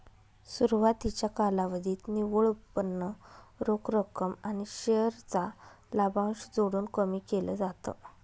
सुरवातीच्या कालावधीत निव्वळ उत्पन्न रोख रक्कम आणि शेअर चा लाभांश जोडून कमी केल जात